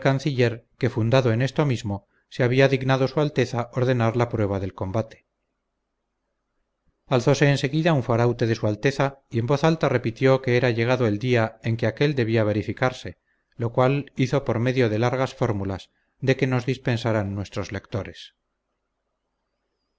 que fundado en esto mismo se había dignado su alteza ordenar la prueba del combate alzóse en seguida un faraute de su alteza y en voz alta repitió que era llegado el día en que aquél debía verificarse lo cual hizo por medio de largas fórmulas de que nos dispensarán nuestros lectores